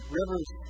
rivers